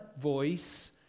voice